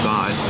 God